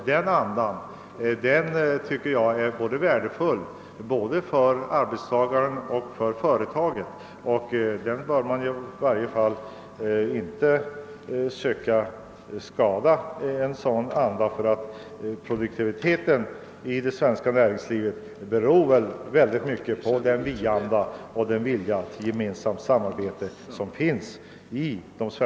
Den andan tycker jag är värdefull för både arbetstagaren och företaget, och man bör i varje fall inte försöka skada den, ty produktiviteten i det svenska näringslivet beror i hög grad på vi-andan och viljan till samarbete.